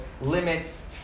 limits